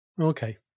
Okay